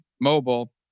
mobile